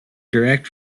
direct